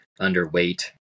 underweight